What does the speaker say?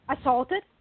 assaulted